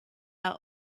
are